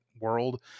world